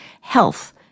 health